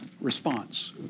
response